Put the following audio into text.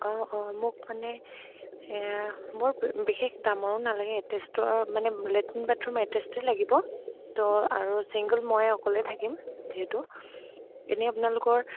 অঁ অঁ মোক মানে বৰ বিশেষ দামৰো নালাগে এটেচটোৰ মানে লেট্ৰিন বাথৰুম এটেচটো লাগিব তো আৰু ছিংগল মই অকলে থাকিম যিহেতু এনেই আপোনালোকৰ